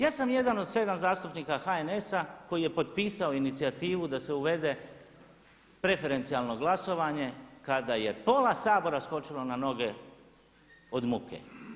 Ja sam jedan od 7 zastupnika HNS-a koji je potpisao inicijativu da se uvede preferencijalno glasovanje kada je pola Sabora skočilo na noge od muke.